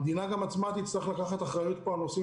המדינה עצמה תצטרך לקחת אחריות פה על נושאים